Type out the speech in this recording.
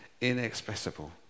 inexpressible